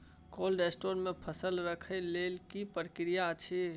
Cold store मे फसल रखय लेल की प्रक्रिया अछि?